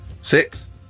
Six